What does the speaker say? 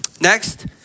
Next